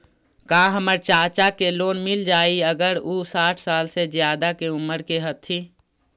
का हमर चाचा के लोन मिल जाई अगर उ साठ साल से ज्यादा के उमर के हथी?